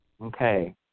Okay